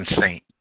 saint